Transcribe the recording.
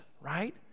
right